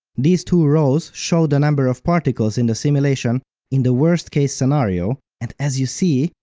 these two rows show the number of particles in the simulation in the worst case scenario, and as you see,